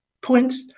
points –